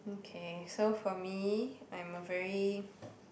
okay so for me I'm a very